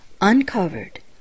uncovered